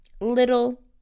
little